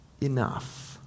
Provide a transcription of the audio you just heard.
enough